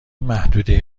محدوده